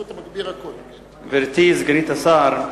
גברתי סגנית השר,